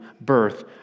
birth